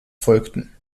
folgten